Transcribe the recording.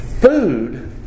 food